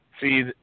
See